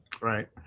Right